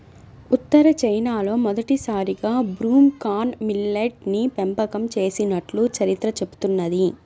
ఉత్తర చైనాలో మొదటిసారిగా broom corn millet ని పెంపకం చేసినట్లు చరిత్ర చెబుతున్నది